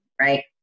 right